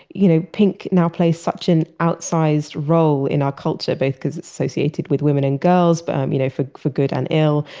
you know pink now plays such an outsized role in our culture both because it's associated with women and girls but um you know for for good and ill.